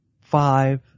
five